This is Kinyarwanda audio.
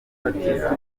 ambwira